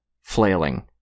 flailing